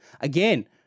Again